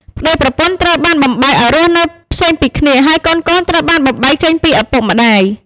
ប្តីប្រពន្ធត្រូវបានបំបែកឱ្យរស់នៅផ្សេងពីគ្នា ហើយកូនៗ ត្រូវបានបំបែកចេញពីឪពុកម្តាយ ។